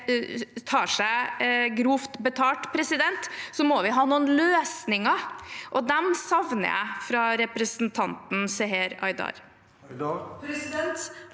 tar seg grovt betalt, må vi ha noen løsninger – og de savner jeg fra representanten Seher Aydar.